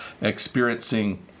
experiencing